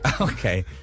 Okay